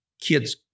Kids